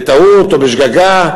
בטעות או בשגגה,